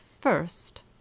first